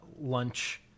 lunch